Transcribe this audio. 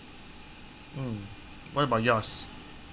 mm what about yours